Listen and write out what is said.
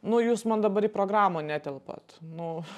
nu jūs man dabar į programą netelpat nu